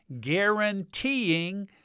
guaranteeing